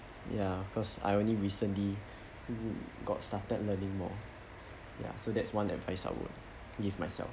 ya cause I only recently got started learning more ya so that's one advice I would give myself